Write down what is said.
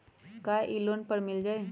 का इ लोन पर मिल जाइ?